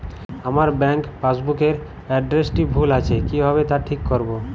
আমার bank passbook এর এড্রেসটি ভুল আছে কিভাবে তা ঠিক করবো?